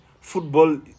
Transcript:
football